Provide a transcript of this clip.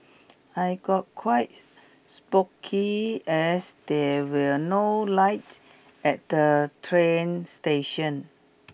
I got quite spooky as there were no lights at the train station